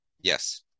Yes